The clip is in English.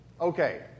Okay